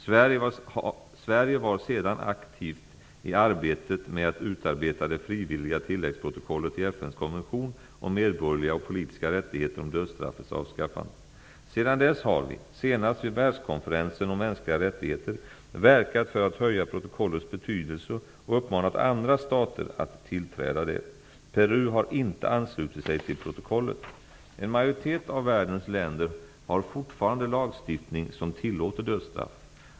Sverige var sedan aktivt i arbetet med att utarbeta det frivilliga tilläggsprotokollet till FN:s konvention om medborgerliga och politiska rättigheter om dödsstraffets avskaffande. Sedan dess har vi, senast vid världskonferensen om mänskliga rättigheter, verkat för att höja protokollets betydelse och uppmanat andra stater att tillträda det. Peru har inte anslutit sig till protokollet. En majoritet av världens länder har fortfarande lagstiftning som tillåter dödsstraff.